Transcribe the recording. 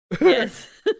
Yes